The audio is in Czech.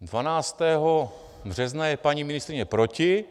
Dvanáctého března je paní ministryně proti.